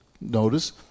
notice